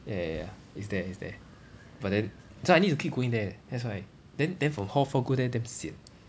ya ya ya is there is there but then so I need to keep going there that's why then then from hall four go there damn sian